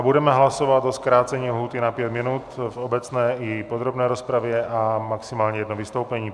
Budeme hlasovat o zkrácení lhůty na pět minut v obecné i podrobné rozpravě a maximálně jedno vystoupení.